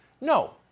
No